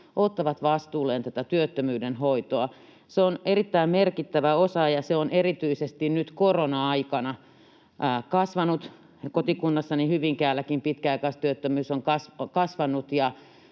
ottavat vastuulleen tätä työttömyyden hoitoa? Se on erittäin merkittävä osa, ja se on erityisesti nyt korona-aikana kasvanut. Kotikunnassani Hyvinkäälläkin pitkäaikaistyöttömyys on kasvanut,